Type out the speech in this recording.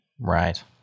Right